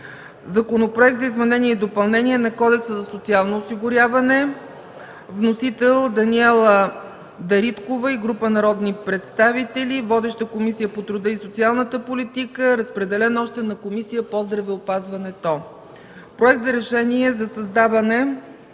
Законопроект за изменение и допълнение на Кодекса за социално осигуряване. Вносител – Даниела Дариткова и група народни представители. Водеща е Комисията по труда и социалната политика. Разпределен е още на Комисията по здравеопазването. Проект за решение за създаване